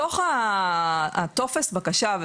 בתוך טופס הבקשה,